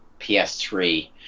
ps3